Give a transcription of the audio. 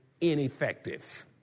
ineffective